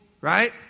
right